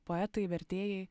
poetai vertėjai